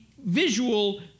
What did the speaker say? Visual